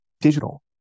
digital